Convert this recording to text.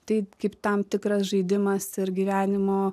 tai kaip tam tikras žaidimas ir gyvenimo